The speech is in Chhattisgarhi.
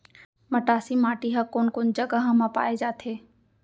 मटासी माटी हा कोन कोन जगह मा पाये जाथे?